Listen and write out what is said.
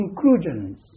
conclusions